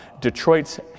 Detroit's